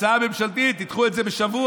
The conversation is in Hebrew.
הצעה ממשלתית, תדחו את זה בשבוע,